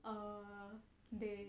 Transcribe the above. err they